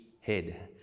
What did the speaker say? head